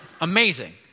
Amazing